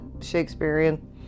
Shakespearean